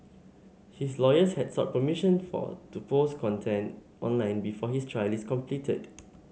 his lawyers had sought permission for to post content online before his trial is completed